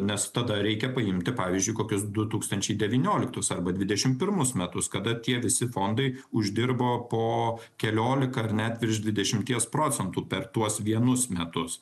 nes tada reikia paimti pavyzdžiui kokius du tūkstančiai devynioliktus arba dvidešim pirmus metus kada tie visi fondai uždirbo po keliolika ar net virš dvidešimties procentų per tuos vienus metus